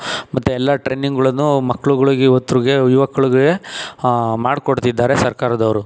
ಮತ್ತೆ ಎಲ್ಲ ಟ್ರೈನಿಂಗುಗಳನ್ನು ಮಕ್ಕಳುಗಳಿಗೆ ಯುವಕರಿಗೆ ಯುವಕರಿಗೆ ಮಾಡ್ಕೊಡ್ತಿದ್ದಾರೆ ಸರ್ಕಾರದವರು